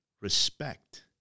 respect